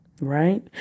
Right